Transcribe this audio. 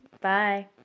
Bye